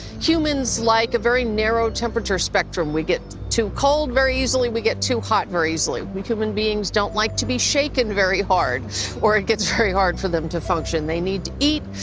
humans like a very narrow temperature spectrum, we get too cold very easily, we get too hot very easily. we human beings don't like to be shaken very hard or it gets very hard for them to function. they need to eat.